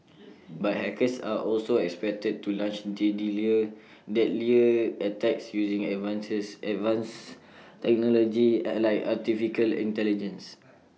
but hackers are also expected to launch deadlier attacks using advanced technology like Artificial Intelligence